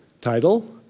title